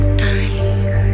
time